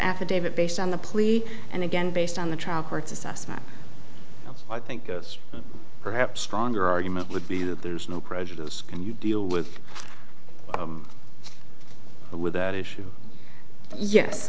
affidavit based on the plea and again based on the trial court's assessment i think this perhaps stronger argument would be that there's no prejudice and you deal with it with that issue ye